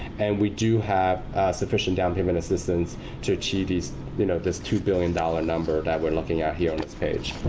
and we do have sufficient down payment assistance to achieve this you know this two billion dollars number that we're looking at here on this page.